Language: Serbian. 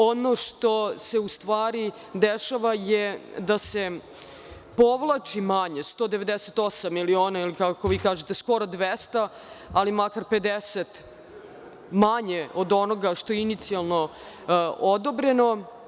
Ono što se u stvari dešava je da se povlači manje, 198 miliona ili, kako vi kažete, 200, ali makar 50 manje od onoga što je inicijalno odobreno.